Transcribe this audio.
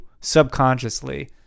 subconsciously